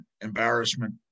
embarrassment